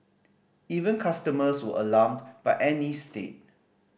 even customers were alarmed by Annie's state